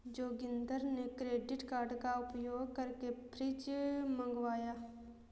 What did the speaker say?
जोगिंदर ने credit card का उपयोग करके फ्रिज मंगवाया